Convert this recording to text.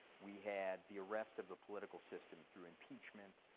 we had the arrest of the political system through impeachment,